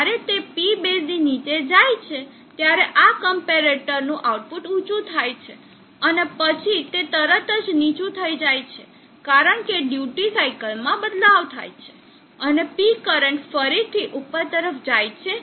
જ્યારે તે P બેઝની નીચે જાય છે ત્યારે આ ક્મ્પેરેટર આઉટપુટ ઊચું થાય છે અને પછી તે તરત જ નીચું થઈ જાય છે કારણ કે ડ્યુટી સાઇકલ માં બદલાવ થાય છે અને P કરંટ ફરીથી ઉપર તરફ જાય છે